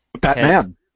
Batman